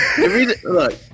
look